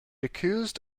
accused